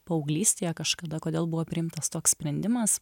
paauglystėje kažkada kodėl buvo priimtas toks sprendimas